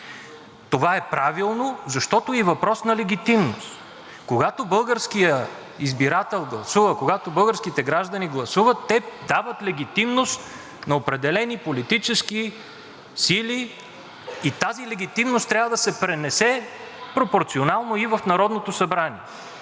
Това е правилно, защото е и въпрос на легитимност – когато българският избирател гласува, когато българските граждани гласуват, те дават легитимност на определени политически сили и тази легитимност трябва да се пренесе пропорционално и в Народното събрание.